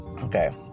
Okay